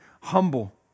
humble